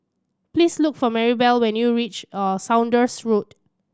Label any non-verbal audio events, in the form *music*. please look for Maribel when you reach *unintelligible* Saunders Road